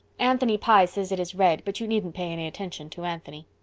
anthony pye says it is red, but you needn't pay any attention to anthony.